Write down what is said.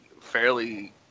fairly